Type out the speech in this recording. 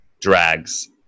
drags